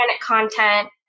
content